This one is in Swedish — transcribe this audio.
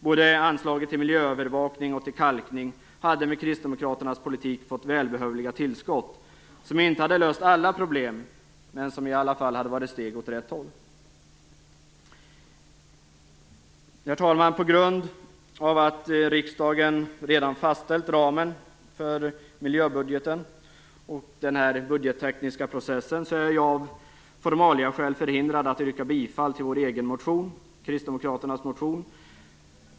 Både anslaget till miljöövervakning och anslaget till kalkning, hade med Kristdemokraternas politik fått välbehövliga tillskott. Det hade inte löst alla problem, men det hade i alla fall varit steg år rätt håll. Herr talman! På grund av att riksdagen redan har fastställt ramen för miljöbudgeten och den här budgettekniska processen är jag av formaliaskäl förhindrad att yrka bifall till Kristdemokraternas motion.